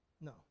no